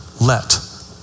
let